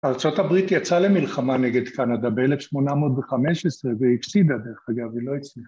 ארה״ב יצאה למלחמה נגד קנדה ב-1815 והפסידה דרך אגב, היא לא הצליחה